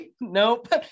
nope